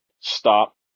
stop